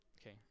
okay